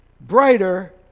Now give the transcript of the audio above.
brighter